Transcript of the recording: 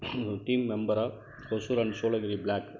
team மெம்பராக Hosur and Shoolagiri black